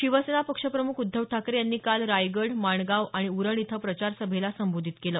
शिवसेना पक्षप्रमुख उद्धव ठाकरे यांनी काल रायगड माणगाव आणि उरण इथं प्रचारसभेला संबोधित केलं